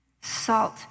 Salt